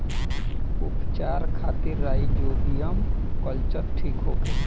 उपचार खातिर rhizobium culture ठीक होखे?